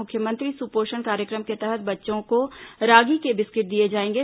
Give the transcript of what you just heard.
मुख्यमंत्री सुपोषण कार्यक्रम के तहत बच्चों को रागी के बिस्किट दिए जाएंगे